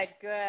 good